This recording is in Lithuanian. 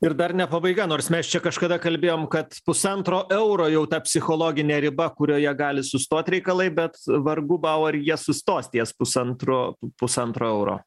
ir dar ne pabaiga nors mes čia kažkada kalbėjom kad pusantro euro jau ta psichologinė riba kurioje gali sustot reikalai bet vargu bau ar jie sustos ties pusantro pusantro euro